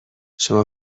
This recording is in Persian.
شما